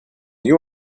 you